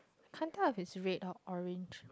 can't tell it's red or orange